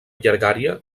llargària